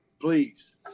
please